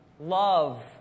love